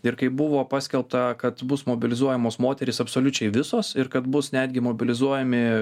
ir kai buvo paskelbta kad bus mobilizuojamos moterys absoliučiai visos ir kad bus netgi mobilizuojami